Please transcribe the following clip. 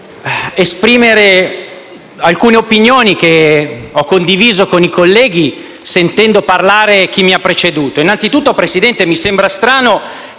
esprimere alcune opinioni che ho condiviso con i colleghi, sentendo parlare chi mi ha preceduto. Innanzitutto, signor Presidente, mi sembra strano che